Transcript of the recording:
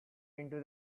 into